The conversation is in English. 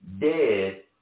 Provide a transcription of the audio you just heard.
dead